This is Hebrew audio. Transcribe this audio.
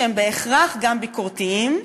שהם בהכרח גם ביקורתיים,